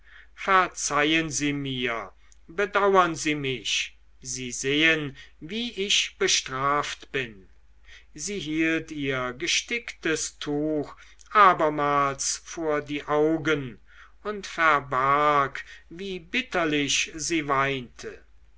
verzeihen sie mir bedauern sie mich sie sehen wie ich bestraft bin sie hielt ihr gesticktes tuch abermals vor die augen und verbarg wie bitterlich sie weinte